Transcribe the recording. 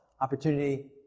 opportunity